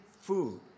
food